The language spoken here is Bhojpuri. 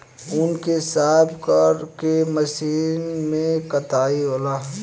ऊँन के साफ क के मशीन से कताई होला